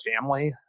family